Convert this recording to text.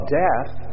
death